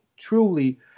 Truly